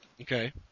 Okay